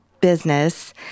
business